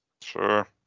Sure